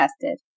tested